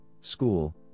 school